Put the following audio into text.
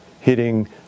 hitting